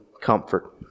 comfort